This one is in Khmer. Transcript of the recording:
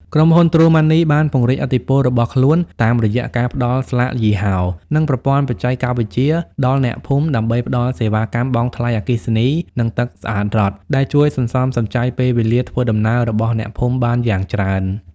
ក្រុមហ៊ុន ទ្រូម៉ាន់នី បានពង្រីកឥទ្ធិពលរបស់ខ្លួនតាមរយៈការផ្ដល់ស្លាកយីហោ និងប្រព័ន្ធបច្ចេកវិទ្យាដល់អ្នកភូមិ ដើម្បីផ្ដល់សេវាកម្មបង់ថ្លៃអគ្គិសនី និងទឹកស្អាតរដ្ឋ ដែលជួយសន្សំសំចៃពេលវេលាធ្វើដំណើររបស់អ្នកភូមិបានយ៉ាងច្រើន។